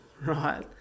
right